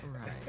Right